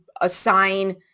assign